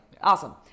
awesome